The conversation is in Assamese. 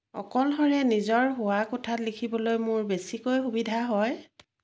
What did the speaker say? অকলশৰে নিজৰ শোৱাৰ কোঠাত লিখিবলৈ মোৰ বেছিকৈ সুবিধা হয়